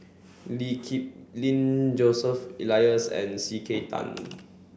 Lee Kip Lin Joseph Elias and C K Tang